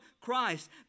Christ